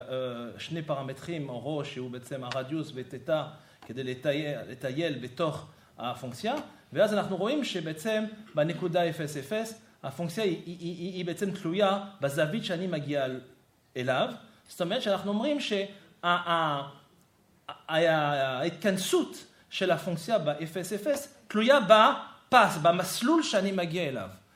שני פרמטרים או רו, שהוא בעצם הרדיוס ותטא כדי לטייל בתוך הפונקציה, ואז אנחנו רואים שבעצם בנקודה 0,0 הפונקציה היא בעצם תלויה בזווית שאני מגיע אליו, זאת אומרת שאנחנו אומרים שההתכנסות של הפונקציה ב-0,0 תלויה בפס, במסלול שאני מגיע אליו.